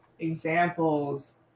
examples